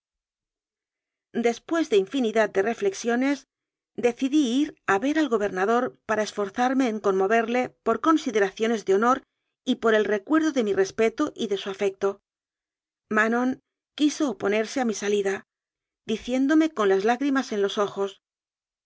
después de infinidad de reflexiones decidí ir a ver al gobernador para esforzarme en conmoverle por consideraciones de honor y por el recuerdo de mi respeto y de su afecto manon quiso oponerse a mi salida dieiéndome con las lágrimas en los ojos